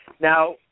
Now